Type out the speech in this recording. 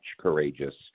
Courageous